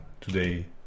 today